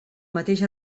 mateix